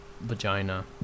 vagina